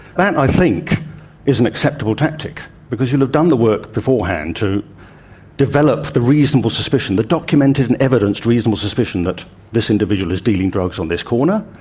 that i think is an acceptable tactic because you'd have done the work beforehand to develop the reasonable suspicion that, the documented and evidenced reasonable suspicion that this individual is dealing drugs on this corner,